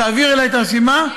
תעבירי אלי את הרשימה,